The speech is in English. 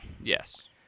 Yes